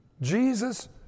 Jesus